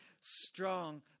strong